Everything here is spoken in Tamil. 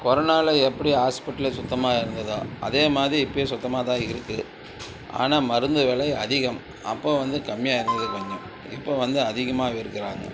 கொரோனாவில எப்படி ஹாஸ்பிட்டல்லு சுத்தமாக இருந்துதோ அதே மாரி இப்போயும் சுத்தமாக தான் இருக்கு ஆனால் மருந்து விலை அதிகம் அப்போ வந்து கம்மியாக இருந்துது கொஞ்சம் இப்போ வந்து அதிகமாக விற்கிறாங்க